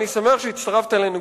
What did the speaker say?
אני שמח שהצטרפת אלינו,